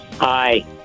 Hi